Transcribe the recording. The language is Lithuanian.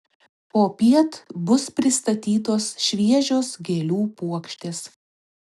popiet bus pristatytos šviežios gėlių puokštės